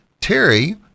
Terry